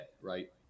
right